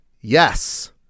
yes